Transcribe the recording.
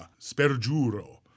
spergiuro